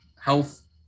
health